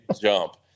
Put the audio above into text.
jump